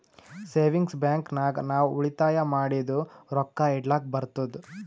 savings bank ನಾಗ್ ನಾವ್ ಉಳಿತಾಯ ಮಾಡಿದು ರೊಕ್ಕಾ ಇಡ್ಲಕ್ ಬರ್ತುದ್